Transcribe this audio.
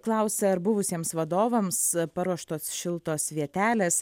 klausia ar buvusiems vadovams paruoštos šiltos vietelės